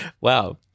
wow